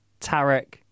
Tarek